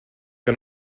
que